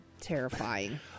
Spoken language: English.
terrifying